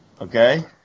Okay